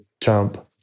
jump